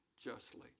justly